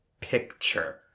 picture